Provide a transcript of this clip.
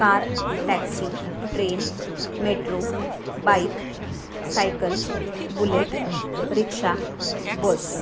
car taxi train metro bike cycle bullet rickshaw bus